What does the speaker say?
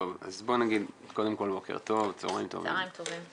צהריים טובים.